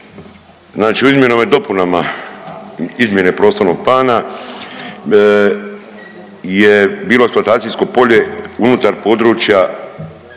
Znači u izmjenama i dopunama, izmjene prostornog plana je bilo eksploatacijsko polje unutar područja